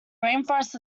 rainforests